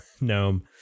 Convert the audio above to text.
gnome